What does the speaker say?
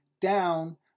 down